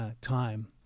time